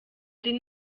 den